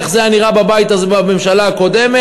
איך זה היה נראה בבית הזה בממשלה הקודמת,